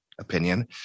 opinion